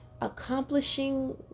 accomplishing